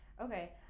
okay